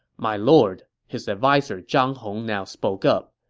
my lord, his adviser zhang hong now spoke up,